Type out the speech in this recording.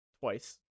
twice